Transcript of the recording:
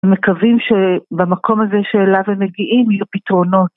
מקווים שבמקום הזה שאליו הם מגיעים יהיו פתרונות.